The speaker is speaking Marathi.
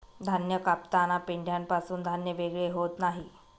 धान्य कापताना पेंढ्यापासून धान्य वेगळे होत नाही